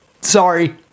sorry